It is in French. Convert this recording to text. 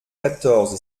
quatorze